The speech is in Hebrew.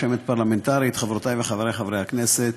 פרלמנטרית, חברותיי וחבריי חברי הכנסת,